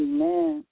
Amen